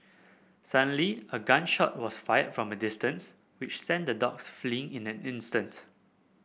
suddenly a gun shot was fired from a distance which sent the dogs fleeing in an instant